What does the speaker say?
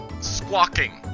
squawking